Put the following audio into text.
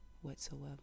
whatsoever